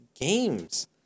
games